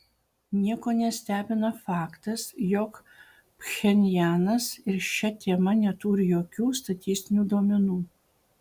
nieko nestebina faktas jog pchenjanas ir šia tema neturi jokių statistinių duomenų